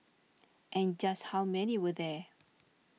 and just how many were there